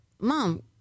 Mom